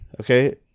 Okay